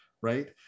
right